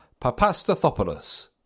Papastathopoulos